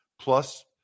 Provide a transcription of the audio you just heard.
plus